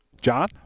John